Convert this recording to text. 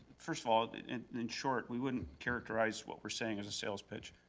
first of all in short, we wouldn't characterize what we're saying as a sales pitch.